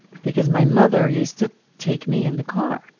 because my mother used to take me in the car.